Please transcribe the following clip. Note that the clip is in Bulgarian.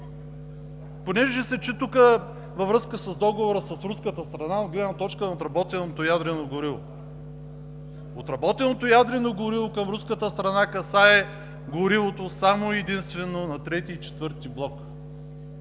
Понеже се чу тук във връзка с договора с руската страна от гледна точка на отработеното ядрено гориво. Отработеното ядрено гориво към руската страна касае единствено и само горивото на трети и четвърти блок.